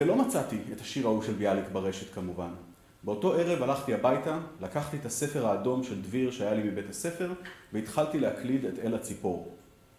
ולא מצאתי את השיר ההוא של ביאליק ברשת כמובן. באותו ערב הלכתי הביתה, לקחתי את הספר האדום של דביר שהיה לי מבית הספר, והתחלתי להקליד את אל הציפור.